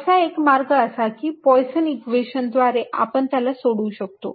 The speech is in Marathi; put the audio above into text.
याचा एक मार्ग असा की पोयसन इक्वेशन Poisson's equation द्वारे आपण त्याला सोडवू शकतो